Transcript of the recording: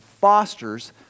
fosters